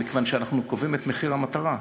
מכיוון שאנחנו קובעים את מחיר המטרה.